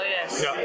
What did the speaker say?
yes